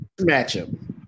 matchup